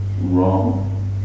wrong